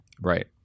Right